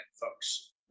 folks